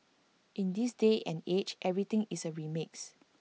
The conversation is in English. in this day and age everything is A remix